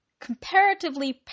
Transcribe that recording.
comparatively